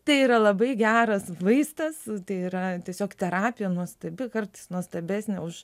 tai yra labai geras vaistas tai yra tiesiog terapija nuostabi kartais nuostabesnė už